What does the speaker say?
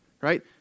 right